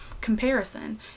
comparison